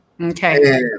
Okay